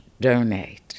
donate